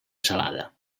salada